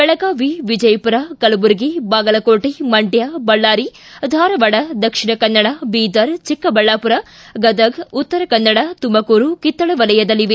ಬೆಳಗಾವಿ ವಿಜಯಪುರ ಕಲಬುರಗಿ ಬಾಗಲಕೋಟೆ ಮಂಡ್ಕ ಬಳ್ಳಾರಿ ಧಾರವಾಡ ದಕ್ಷಿಣ ಕನ್ನಡ ಬೀದರ್ ಚಿಕ್ಕಬಳ್ಳಾಪುರ ಗದಗ್ ಉತ್ತರ ಕನ್ನಡ ತುಮಕೂರು ಕಿತ್ತಳೆ ವಲಯದಲ್ಲಿವೆ